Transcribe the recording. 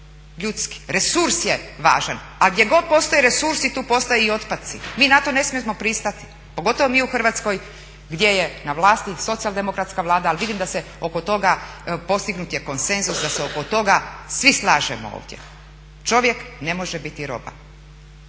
resurs je važan, a gdje god postoje resursi tu postoje i otpaci. Mi na to ne smijemo pristati, pogotovo mi u Hrvatskoj gdje je na vlasti socijaldemokratska vlada, ali vidim da se oko toga, postignut je konsenzus da se oko toga svi slažemo ovdje. Čovjek ne može biti roba.